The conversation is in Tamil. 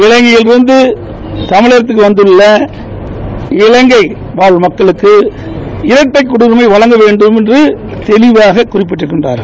இலங்கையிலிருந்துகமிழகத்திற்கவந்துள்ள இலங்கைவாழ் மக்களுக்கு இரட்டைகுடியுரிமைவழங்க வேண்டும் என்றுதெளிவாககுறிப்பிட்டு இருக்கிறார்கள்